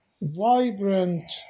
vibrant